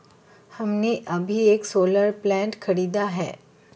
हमने अभी एक सोलर प्लांट खरीदा है